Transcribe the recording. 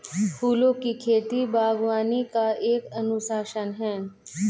फूलों की खेती, बागवानी का एक अनुशासन है